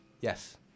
Yes